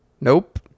Nope